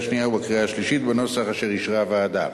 השנייה ובקריאה השלישית בנוסח אשר אישרה הוועדה.